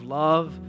love